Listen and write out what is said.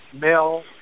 Mel